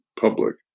public